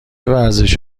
ورزش